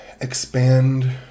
expand